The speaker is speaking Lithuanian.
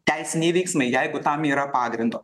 teisiniai veiksmai jeigu tam yra pagrindo